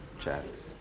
charles,